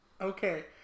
Okay